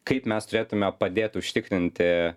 kaip mes turėtume padėt užtikrinti